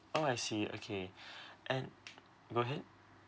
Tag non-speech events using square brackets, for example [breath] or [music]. oh I see okay [breath] and go ahead